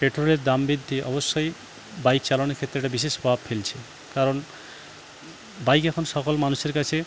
পেট্রোলের দাম বৃদ্ধি অবশ্যই বাইক চালানোর ক্ষেত্রে একটা বিশেষ প্রভাব ফেলছে কারণ বাইক এখন সকল মানুষের কাছে